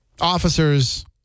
officers